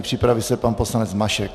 Připraví se pan poslanec Mašek.